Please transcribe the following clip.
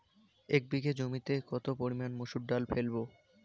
এক বিঘে জমিতে কত পরিমান মুসুর ডাল ফেলবো?